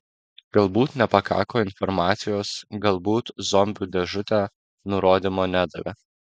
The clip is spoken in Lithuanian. galbūt nepakako informacijos galbūt zombių dėžutė nurodymo nedavė